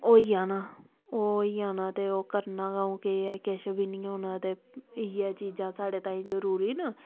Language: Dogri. होई जाना ओह् होई जाना ते ओह् करना गै केह् ऐ ते किश बी नीं होना ते इयै चीजां साढ़े ताईं जरूरी न